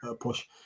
push